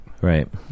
Right